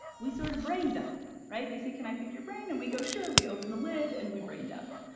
we sort of brain dump, right? they say, can i pick your brain? and we go, sure, and we open the lid and we brain dump.